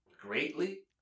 Greatly